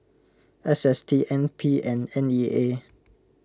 S S T N P and N E A